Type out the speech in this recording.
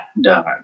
done